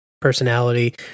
personality